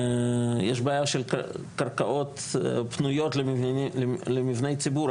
יש בעיה של קרקעות פנויות למבני ציבור.